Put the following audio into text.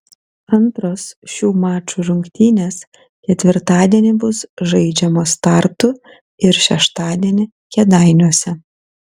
antros šių mačų rungtynės ketvirtadienį bus žaidžiamos tartu ir šeštadienį kėdainiuose